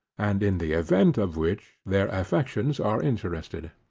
and in the event of which, their affections are interested.